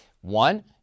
One